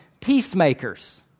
peacemakers